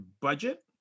budget